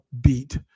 Beat